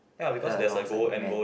alongside men